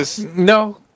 No